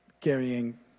carrying